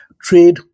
trade